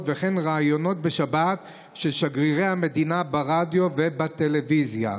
וכן ראיונות בשבת של שגרירי המדינה ברדיו ובטלוויזיה.